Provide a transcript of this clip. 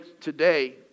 Today